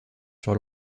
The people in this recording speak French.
sur